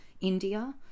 India